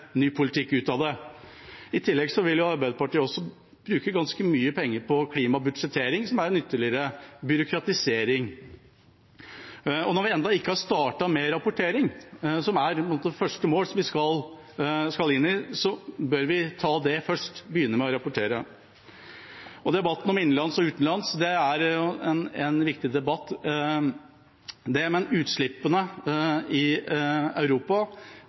ny politikk ut av det. I tillegg vil Arbeiderpartiet bruke ganske mye penger på klimabudsjettering, som er en ytterligere byråkratisering. Når vi ennå ikke har startet med rapportering, som er første mål vi skal inn i, bør vi ta det først og begynne med å rapportere. Debatten om innenlands og utenlands er en viktig debatt, men når det gjelder utslippene i Europa,